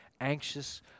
anxious